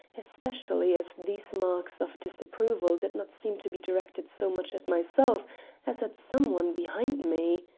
especially as these marks of disapproval did not seem to be directed so much at myself as at some one behind me.